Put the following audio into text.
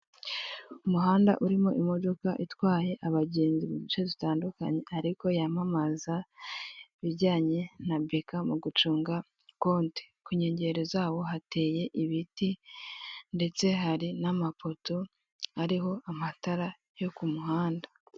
Umuhanda urimo imodoka itwaye abagenzi mu duce dutandukanye ariko yamamaza ibijyanye na BK mugucunga konte kunyengero zaho hateye ibiti ndetse hari n'amapoto ariho amatara yo ku muhanda.